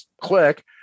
click